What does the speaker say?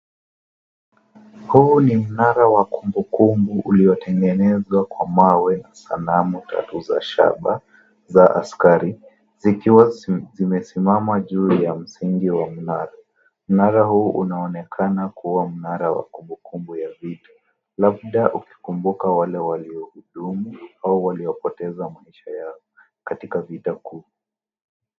Huu ni mnara wa kumbukumbu uliotengenezwa kwa mawe na alama tatu za askari zikiwa zimesimama juu ya msingi wa mnara. Mnara huu unaonekana kuwa mnara wa kumbukumbu za vita, labda ukikumbuka wale walio hudumu au waiopoteza maisha yao katika vita kuu.